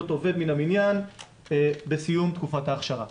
עובד מן המניין בסיום תקופת ההכשרה.